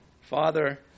Father